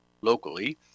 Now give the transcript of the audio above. locally